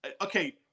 Okay